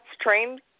trained